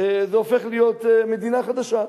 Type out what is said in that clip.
זה הופך להיות מדינה חדשה,